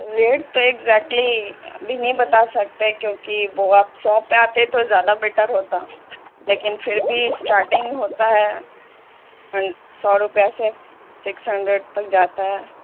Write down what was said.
rate تو exactly ابھی نہیں بتا سکتے کیونکہ وہ آپ سوپ پہ آتے تو زیادہ بیٹر ہوتا لیکن پھر بھی اسٹارٹنگ ہوتا ہے سو روپیہ سے سکس ہنڈریڈ تک جاتا ہے